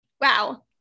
Wow